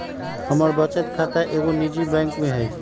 हमर बचत खता एगो निजी बैंक में हइ